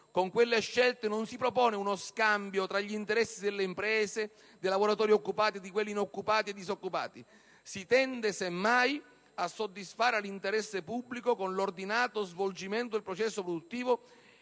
Con quelle scelte non si propone uno scambio tra gli interessi delle imprese, dei lavoratori occupati e di quelli inoccupati e disoccupati. Si tende semmai a soddisfare l'interesse pubblico con l'ordinato svolgimento del processo produttivo